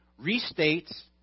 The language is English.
restates